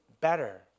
better